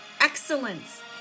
Excellence